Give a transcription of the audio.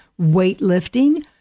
weightlifting